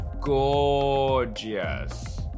gorgeous